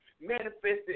manifested